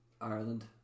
Ireland